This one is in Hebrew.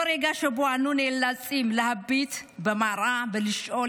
זה רגע שבו אנו נאלצים להביט במראה ולשאול